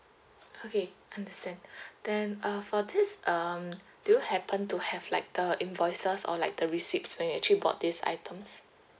okay understand then uh for this um do you happen to have like the invoices or like the receipt when you actually bought these items